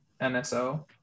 NSO